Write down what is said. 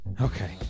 Okay